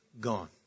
gone